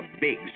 big